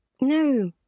No